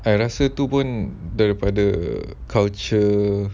I rasa tu pun daripada culture